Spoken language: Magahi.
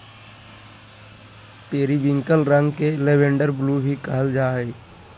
पेरिविंकल रंग के लैवेंडर ब्लू भी कहल जा हइ